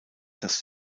das